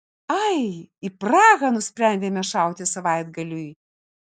ai į prahą nusprendėme šauti savaitgaliui